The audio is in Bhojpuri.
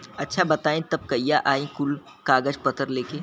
अच्छा बताई तब कहिया आई कुल कागज पतर लेके?